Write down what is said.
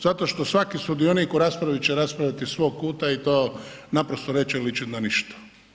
Zato što svaki sudionik u raspravi će raspravljati iz svog kuta i to naprosto neće ličiti na ništa.